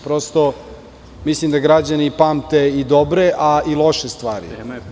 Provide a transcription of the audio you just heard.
Prosto, mislim da građani pamte i dobre, a i loše stvari.